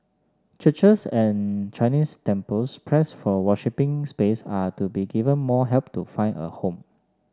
churches and Chinese temples pressed for worshipping space are to be given more help to find a home